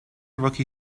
rookie